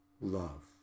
love